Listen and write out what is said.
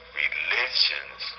religions